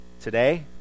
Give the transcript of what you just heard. today